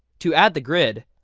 to add the grid,